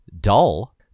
dull